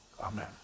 Amen